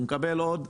הוא מקבל עוד,